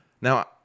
Now